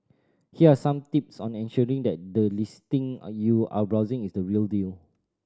here are some tips on ensuring that the listing are you are browsing is the real deal